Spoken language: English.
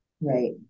right